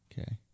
Okay